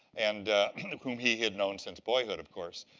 and kind of whom he had known since boyhood, of course.